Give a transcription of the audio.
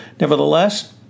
Nevertheless